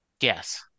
Yes